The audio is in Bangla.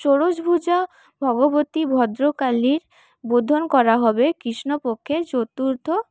ষোড়শভুজা ভগবতী ভদ্রকালীর বোধন করা হবে কৃষ্ণপক্ষের চতুর্থ